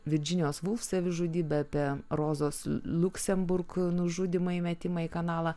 virdžinijos vulf savižudybę apie rozos liuksemburg nužudymą įmetimą į kanalą